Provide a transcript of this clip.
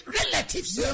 relatives